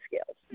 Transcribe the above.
skills